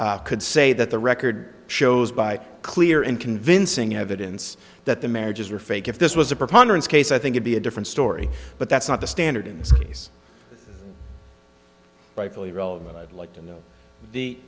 could say that the record shows by clear and convincing evidence that the marriages were fake if this was a preponderance case i think it be a different story but that's not the standard in this case by fully relevant i'd like to know the